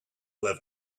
left